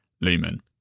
Lumen